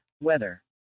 Weather